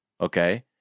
okay